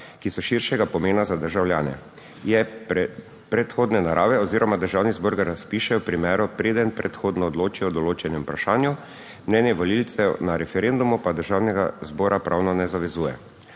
ki so širšega pomena za državljane. Je predhodne narave oziroma državni zbor ga razpiše v primeru, preden predhodno odloči o določenem vprašanju, mnenje volivcev na referendumu pa državnega zbora pravno ne zavezuje.